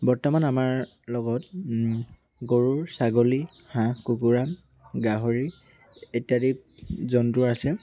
বৰ্তমান আমাৰ লগত গৰু ছাগলী হাঁহ কুকুৰা গাহৰি ইত্যাদি জন্তু আছে